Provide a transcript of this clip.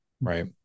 right